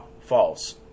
false